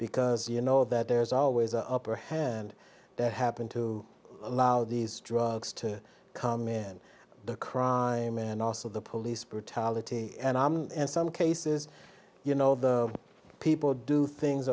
because you know that there's always a her hand happened to allow these drugs to come in the crime and also the police brutality and in some cases you know the people do things